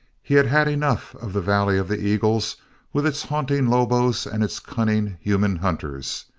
he had had enough of the valley of the eagles with its haunting lobos and its cunning human hunters.